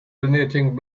donating